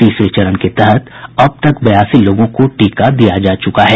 तीसरे चरण के तहत अब तक बयासी लोगों को टीका दिया जा चुका है